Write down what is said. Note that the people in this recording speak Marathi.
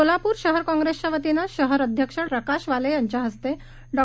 सोलापूरशहरकाँग्रेसच्यावतीनंशहरअध्यक्षप्रकाशवालेयांच्याहस्तेडॉ